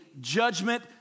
judgment